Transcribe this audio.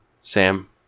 Sam